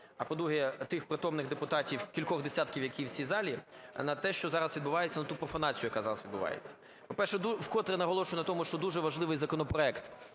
а, по-друге, тих притомних депутатів, кількох десятків, які в цій залі, на те, що зараз відбувається, на ту профанацію, яка зараз відбувається. По-перше, вкотре наголошую на тому, що дуже важливий законопроект